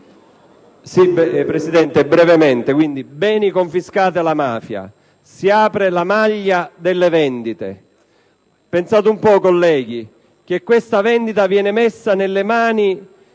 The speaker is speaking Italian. Signor Presidente, beni confiscati alla mafia: si apre la maglia delle vendite. Pensate un po', colleghi, che questa vendita viene messa nelle mani